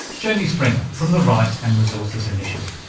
jenny springer from the rights and resources initiative,